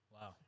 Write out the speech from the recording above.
Wow